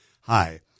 Hi